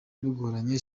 bigoranye